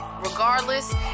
Regardless